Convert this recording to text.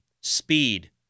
speed